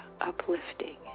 uplifting